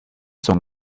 son